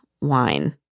wine